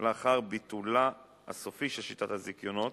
לאחר ביטולה הסופי של שיטת הזיכיונות,